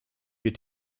wird